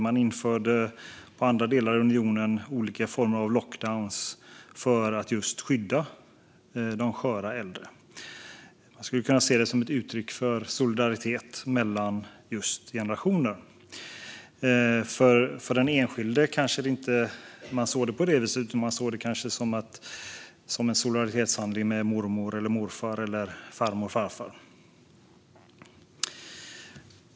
Man införde i andra delar av unionen olika former av lockdowns för att just skydda de sköra äldre. Man skulle kunna se det som ett uttryck för solidaritet mellan generationerna. För den enskilde kanske det mer handlade om en solidaritetshandling med mormor och morfar eller farmor och farfar.